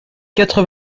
quatre